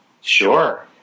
Sure